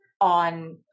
on